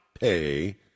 pay